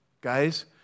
Guys